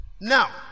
Now